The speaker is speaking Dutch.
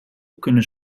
kunnen